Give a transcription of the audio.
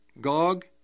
Gog